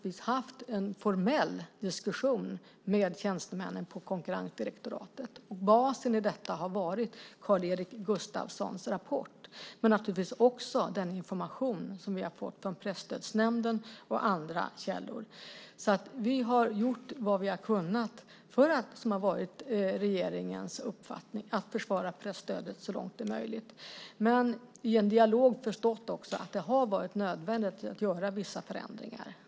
Vi har haft en formell diskussion med tjänstemännen på konkurrensdirektoratet, och basen i detta har varit Karl Erik Gustafssons rapport och också den information som vi har fått från Presstödsnämnden och andra källor. Vi har gjort vad vi har kunnat för att försvara presstödet så långt det är möjligt, vilket har varit regeringens uppfattning. Men i en dialog har vi också förstått att det har varit nödvändigt att göra vissa förändringar.